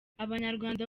abanyarwanda